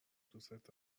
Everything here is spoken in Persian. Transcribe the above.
دوستت